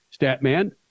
Statman